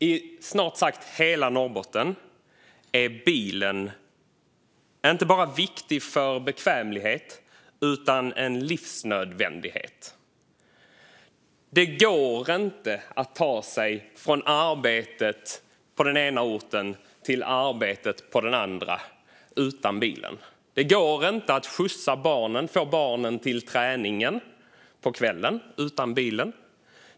I snart sagt hela Norrbotten är bilen inte bara viktig för bekvämligheten utan en livsnödvändighet. Det går inte att ta sig från hemmet på den ena orten till arbetet på den andra utan bilen. Det går inte att skjutsa barnen till träningen på kvällen utan bilen.